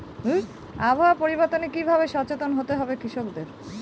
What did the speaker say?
আবহাওয়া পরিবর্তনের কি ভাবে সচেতন হতে হবে কৃষকদের?